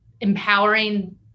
empowering